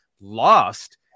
lost